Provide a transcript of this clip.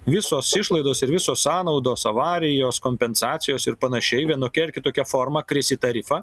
visos išlaidos ir visos sąnaudos avarijos kompensacijos ir panašiai vienokia ar kitokia forma kris į tarifą